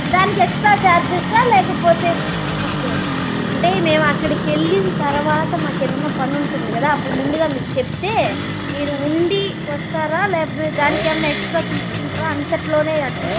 దానికి ఏక్సట్రా ఛార్జెసా లేకపోతే ఓకే అంటే మేము అక్కడికి వెళ్ళిన తరువాత మాకేమైనా పనుంటుంది కదా అప్పుడు ముందుగా మీకు చెప్తే మీరు ఉండి వస్తారా లేకపోతే దానికి ఏమైనా ఎక్సట్రా తీసుకుంటారా అంతలోనే అడ్జెస్ట్